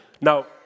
Now